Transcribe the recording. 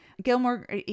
Gilmore